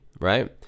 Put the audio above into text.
right